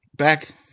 Back